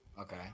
Okay